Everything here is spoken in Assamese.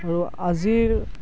আৰু আজিৰ